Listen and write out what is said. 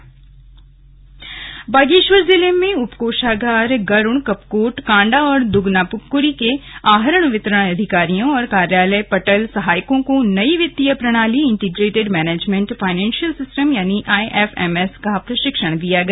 IFMS प्रशिक्षण बागेश्वर जिले में उपकोषागार गरुड़ कपकोट कांडा और दुगनाक़्री के आहरण वितरण अधिकारियों और कार्यालय पटल सहायकों को नई वित्तीय प्रणाली इंटीग्रेटेड मैनेजमेंट फाइनेंशियल सिस्टम यानि आईएफएमएस का प्रशिक्षण दिया गया